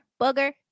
Booger